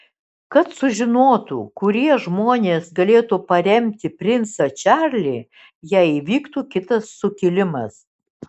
kad sužinotų kurie žmonės galėtų paremti princą čarlį jei įvyktų kitas sukilimas